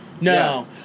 no